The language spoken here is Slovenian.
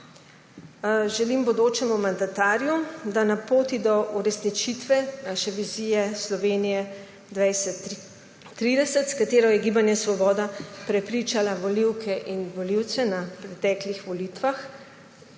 Želim bodočemu mandatarju, da na poti do uresničitve naše vizije Slovenije 2030, s katero je Gibanje Svoboda prepričala volivke in volivce na preteklih volitvah,